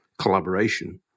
collaboration